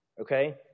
Okay